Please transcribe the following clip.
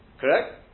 Correct